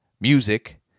music